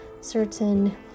certain